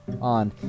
on